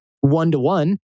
one-to-one